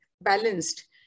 balanced